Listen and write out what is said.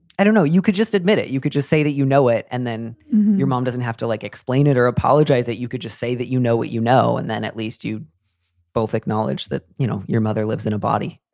i don't know, you could just admit it. you could just say that you know it. and then your mom doesn't have to, like, explain it or apologize that you could just say that, you know what you know. know. and then at least you both acknowledge that, you know, your mother lives in a body.